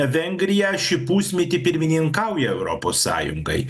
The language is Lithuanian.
vengrija šį pusmetį pirmininkauja europos sąjungai